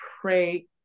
pray